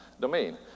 domain